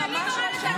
בעלי מורה לתנ"ך.